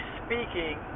speaking